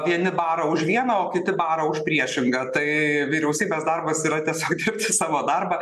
vieni bara už vieną o kiti bara už priešingą tai vyriausybės darbas yra tiesiog dirbti savo darbą